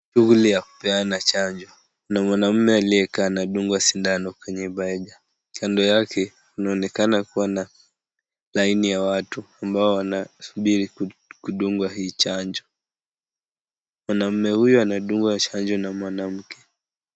Shughuli ya kupeana chanjo. Kuna mwanaume aliyekaa anadungwa sindano kwenye paja. Kando yake, kunaonekana kuwa na laini ya watu ambao wanasubiri kupewa hii chanjo. Mwanaume huyu anadungwa chanjo na mwanamke.